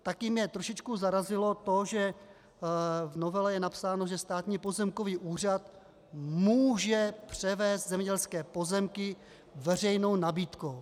Také mě trošičku zarazilo to, že v novele je napsáno, že Státní pozemkový úřad může převést zemědělské pozemky veřejnou nabídkou.